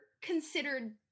considered